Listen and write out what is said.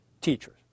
teachers